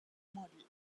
model